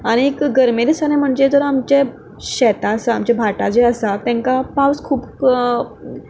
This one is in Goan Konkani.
आनीक गर्मे दिसांनी म्हणजे जर आमचें शेत आसा आमचें भाटां जें आसा तांकां पावस खूब क